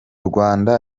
rwanda